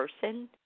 person